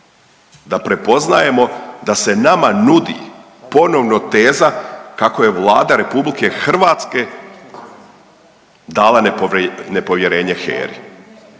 da prepoznajemo da se nama nudi ponovno teza kako je Vlada RH dala nepovjerenje HERI.